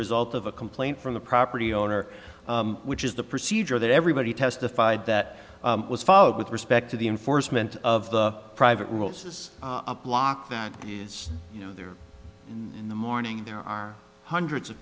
result of a complaint from the property owner which is the procedure that everybody testified that was followed with respect to the enforcement of the private rules as a block that is you know there in the morning there are hundreds of